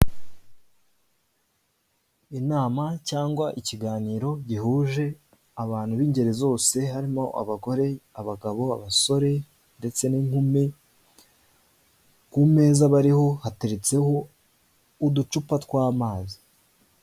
Inama cyangwa ikiganiro gihuje abantu b'ingeri zose harimo: abagore, abagabo, abasore ndetse n'inkumi, ku meza bariho, hateretseho uducupa tw'amazi.